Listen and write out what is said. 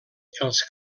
els